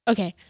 Okay